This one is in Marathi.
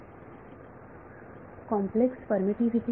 विद्यार्थी कॉम्प्लेक्स परमीटीव्हीटी